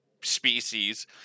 species